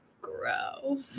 grow